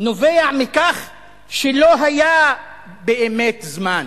נובע מכך שלא היתה באמת זמן.